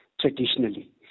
traditionally